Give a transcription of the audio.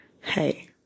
Hey